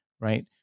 right